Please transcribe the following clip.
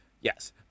Yes